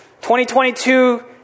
2022